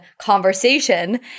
conversation